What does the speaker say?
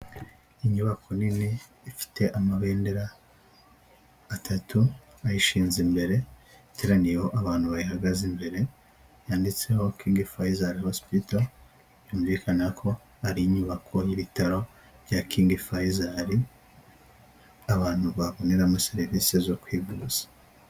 Inyubako nini ifite amabendera atatu ayishinze imbere, iteraniyeho abantu bayihagaze imbere, yanditseho kingi fayizari hosipito, byumvikana ko ari inyubako y'ibitaro bya kingi fayizari, abantu baboneramo serivisi zo kwivuza.